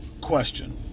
question